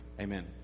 Amen